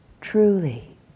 truly